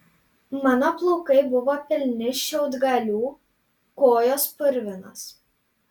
mano plaukai buvo pilni šiaudgalių kojos purvinos